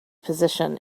position